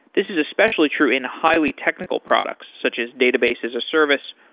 this is especially true in highly technical products, such as database as a service,